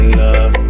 love